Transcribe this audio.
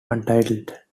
untitled